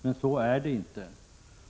Men så är det inte.